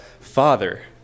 Father